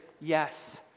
yes